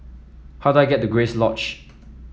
how do I get to Grace Lodge